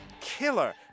killer